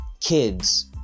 kids